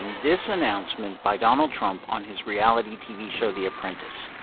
this announcement by donald trump on his reality tv show, the apprentice.